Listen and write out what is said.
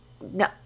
no